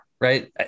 right